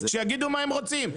שיגידו מה הם רוצים.